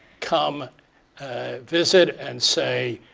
come visit and say,